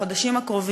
בחודשים הקרובים,